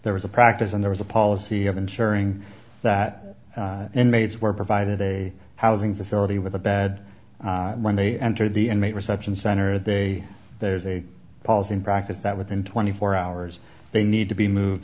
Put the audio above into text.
there was a practice and there was a policy of ensuring that inmates were provided a housing facility with a bed when they entered the inmate reception center they there's a policy in practice that within twenty four hours they need to be moved